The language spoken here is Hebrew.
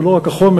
זה לא רק החומר,